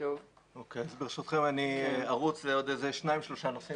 ברשותכם, אני אעבור לעוד שניים-שלושה נושאים